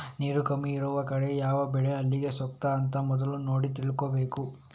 ನೀರು ಕಮ್ಮಿ ಇರುವ ಕಡೆ ಯಾವ ಬೆಳೆ ಅಲ್ಲಿಗೆ ಸೂಕ್ತ ಅಂತ ಮೊದ್ಲು ನೋಡಿ ತಿಳ್ಕೋಬೇಕು